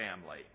family